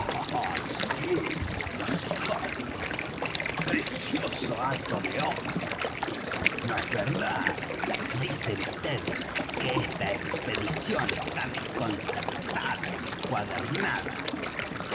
los otros precioso hato de hombres no es verdad dicen vds que esta expedición está desconcertada y